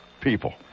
People